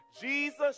Jesus